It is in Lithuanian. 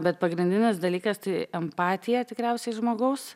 bet pagrindinis dalykas tai empatija tikriausiai žmogaus